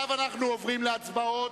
אנחנו עוברים להצבעות.